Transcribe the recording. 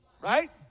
right